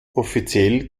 offiziell